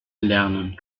lernen